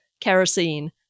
kerosene